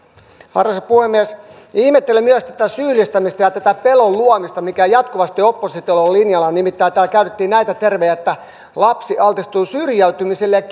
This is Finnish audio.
arvoisa puhemies ihmettelen myös tätä syyllistämistä ja tätä pelon luomista mikä jatkuvasti oppositiolla on linjana nimittäin täällä käytettiin näitä termejä että lapsi altistuu syrjäytymiselle